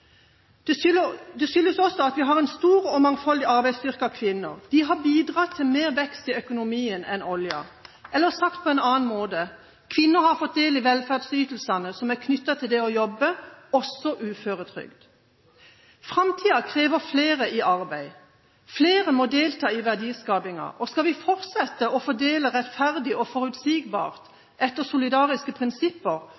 politiske vedtak. Det skyldes også at vi har en stor og mangfoldig arbeidsstyrke av kvinner. De har bidratt til mer vekst i økonomien enn oljen. Eller sagt på en annen måte: Kvinner har fått del i velferdsytelsene som er knyttet til det å jobbe, også uføretrygd. Framtida krever flere i arbeid. Flere må delta i verdiskapingen. Skal vi fortsette å fordele rettferdig og